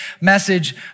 message